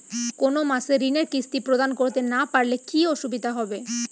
কোনো মাসে ঋণের কিস্তি প্রদান করতে না পারলে কি অসুবিধা হবে?